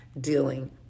dealing